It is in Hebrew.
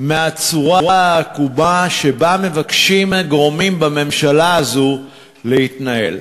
מהצורה העקומה שבה מבקשים גורמים בממשלה הזאת להתנהל.